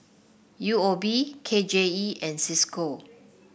U O B K J E and Cisco